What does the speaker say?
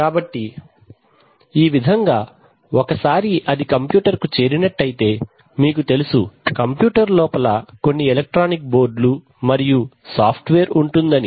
కాబట్టి ఈ విధంగా ఒకసారి అది కంప్యూటర్ కు చేరినట్టయితే మీకు తెలుసు కంప్యూటర్ లోపల కొన్ని ఎలక్ట్రానిక్ బోర్డ్ లు మరియు సాఫ్ట్ వేర్ ఉంటుందని